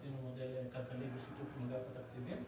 עשינו מודל כלכלי בשיתוף עם אגף התקציבים,